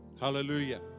Hallelujah